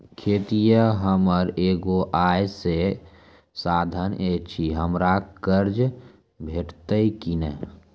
खेतीये हमर एगो आय के साधन ऐछि, हमरा कर्ज भेटतै कि नै?